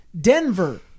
Denver